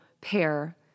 pair